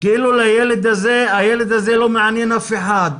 כאילו הילד הזה לא מעניין אף אחד.